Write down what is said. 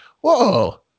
whoa